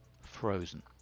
frozen